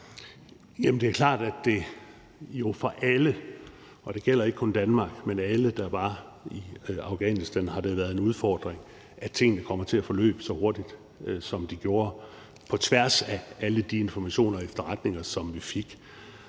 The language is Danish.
Det er klart, at det jo for alle – det gælder ikke kun for Danmark, men for alle, der var i Afghanistan – har været en udfordring, at tingene kom til at forløbe så hurtigt, som de gjorde, på tværs af alle de informationer og efterretninger, som vi fik.